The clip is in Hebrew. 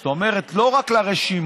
זאת אומרת לא רק לרשימה